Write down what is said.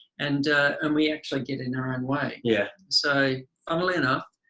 and and we actually get in our own way. yeah. so funnily enough,